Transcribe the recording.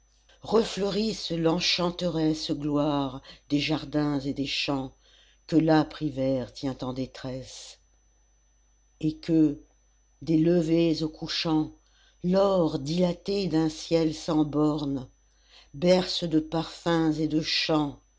refleurisse l'enchanteresse gloire des jardins et des champs que l'âpre hiver tient en détresse et que des levers aux couchants l'or dilaté d'un ciel sans bornes berce de parfums et de chants